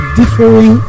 differing